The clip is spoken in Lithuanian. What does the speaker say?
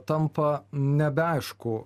tampa nebeaišku